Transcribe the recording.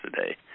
today